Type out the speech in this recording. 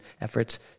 efforts